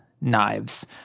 Knives